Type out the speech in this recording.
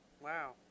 Wow